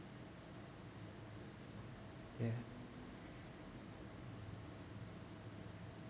ya